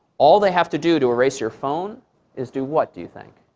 all they have to do to erase your phone is do what do you think?